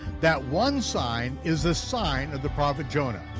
that one sign is the sign of the prophet jonah.